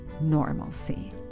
normalcy